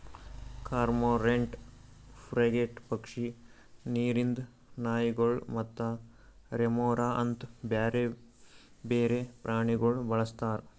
cormorant, frigate ಪಕ್ಷಿ, ನೀರಿಂದ್ ನಾಯಿಗೊಳ್ ಮತ್ತ ರೆಮೊರಾ ಅಂತ್ ಬ್ಯಾರೆ ಬೇರೆ ಪ್ರಾಣಿಗೊಳ್ ಬಳಸ್ತಾರ್